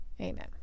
amen